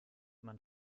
man